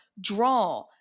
draw